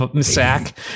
sack